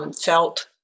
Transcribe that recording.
Felt